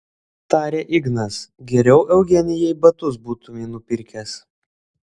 tarė ignas geriau eugenijai batus būtumei nupirkęs